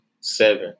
seven